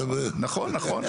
נכון, נכון.